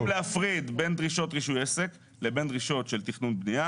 אנחנו רוצים להפריד בין דרישות רישוי עסק לבין דרישות של תכנון בנייה.